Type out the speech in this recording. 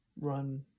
run